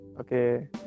Okay